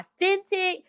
authentic